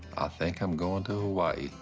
think i'm going to hawaii.